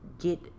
get